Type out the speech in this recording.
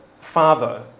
father